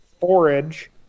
forage